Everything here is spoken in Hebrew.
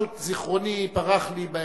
פשוט, פרח מזיכרוני.